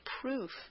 proof